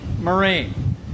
Marine